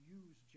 use